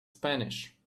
spanish